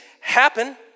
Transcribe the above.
happen